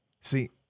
See